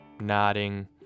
nodding